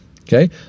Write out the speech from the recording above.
Okay